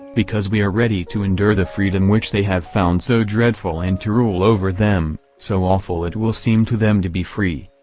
because we are ready to endure the freedom which they have found so dreadful and to rule over them so awful it will seem to them to be free.